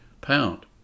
pound